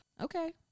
Okay